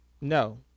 No